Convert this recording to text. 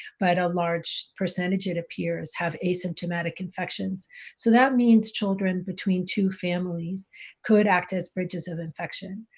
but a large percentage it appears have asymptomatic infections. so that means children between two families could act as bridges of infection.